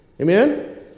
Amen